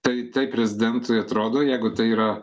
tai taip prezidentui atrodo jeigu tai yra